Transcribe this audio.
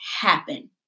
happen